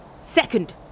Second